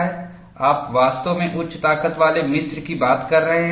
आप वास्तव में उच्च ताकत वाले मिश्र की बात कर रहे हैं